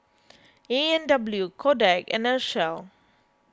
A and W Kodak and Herschel